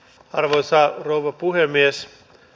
arvoisa rouva puhemies